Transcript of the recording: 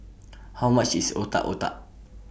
How much IS Otak Otak